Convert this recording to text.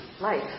life